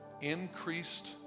increased